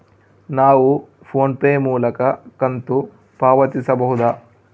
ನಾವು PhonePe ಮೂಲಕ ಕಂತು ಪಾವತಿಸಬಹುದಾ?